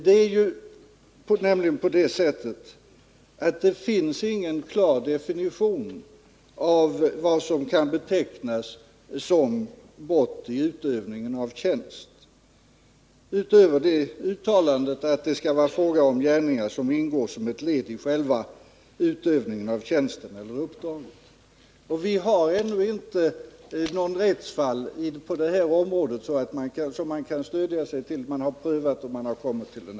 Det finns nämligen ingen klar definition av vad som kan betecknas som brott i utövningen av tjänst, utöver uttalandet att det skall vara fråga om gärningar som är ett led i själva utövningen av tjänsten eller uppdraget. Vi har ännu inte något rättsfall på detta område som man kan stödja sig på.